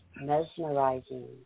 mesmerizing